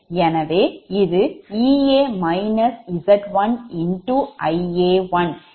எனவே இது Ea Z1Ia1